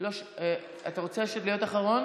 חבריי חברי הכנסת, כנסת נכבדה,